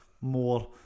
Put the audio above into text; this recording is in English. more